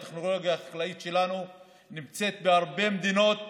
הטכנולוגיה החקלאית שלנו נמצאת בהרבה מדינות בעולם.